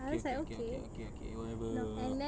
okay okay okay okay okay okay whatever